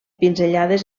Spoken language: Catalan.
pinzellades